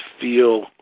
feel